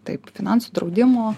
taip finansų draudimo